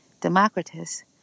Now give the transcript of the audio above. Democritus